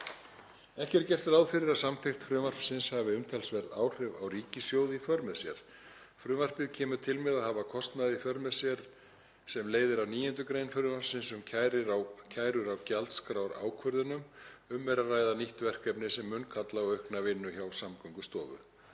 Ekki er gert ráð fyrir að samþykkt frumvarpsins hafi umtalsverð áhrif á ríkissjóð í för með sér. Frumvarpið kemur til með að hafa kostnað í för með sér sem leiðir af 9. gr. frumvarpsins um kærur á gjaldskrárákvörðunum. Um er að ræða nýtt verkefni sem mun kalla á aukna vinnu hjá Samgöngustofu.